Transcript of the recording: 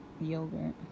yogurt